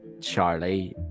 Charlie